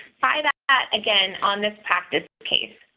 by that again on this practice case.